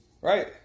Right